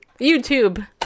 youtube